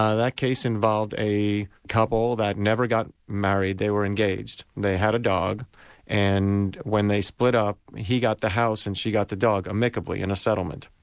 ah that case involved a couple that never got married, they were engaged. they had a dog and when they split up he got the house and she got the dog, amicably, in a settlement.